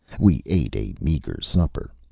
we ate a meager supper.